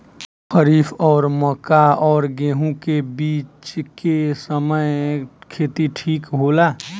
खरीफ और मक्का और गेंहू के बीच के समय खेती ठीक होला?